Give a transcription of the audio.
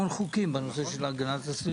היו דיונים.